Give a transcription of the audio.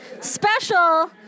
special